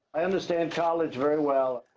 i understand college very well.